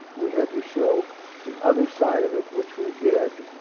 we had to show the other side of it, which we did,